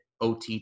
OTT